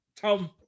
Tom